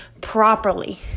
properly